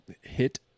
hit